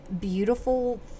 beautiful